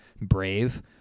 brave